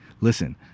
Listen